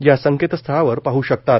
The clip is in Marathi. या संकेतस्थळावर पाह शकतात